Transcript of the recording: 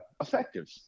effective